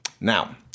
Now